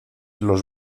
los